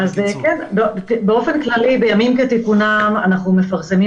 באופן כללי בימים כתיקונם אנחנו מפרסמים